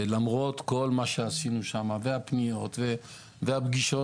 ולמרות כל מה שעשינו שם והפניות והפגישות,